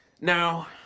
Now